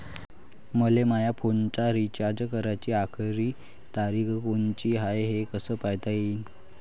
मले माया फोनचा रिचार्ज कराची आखरी तारीख कोनची हाय, हे कस पायता येईन?